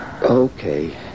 Okay